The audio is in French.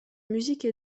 musique